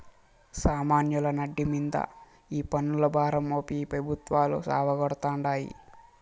సామాన్యుల నడ్డి మింద ఈ పన్నుల భారం మోపి ఈ పెబుత్వాలు సావగొడతాండాయి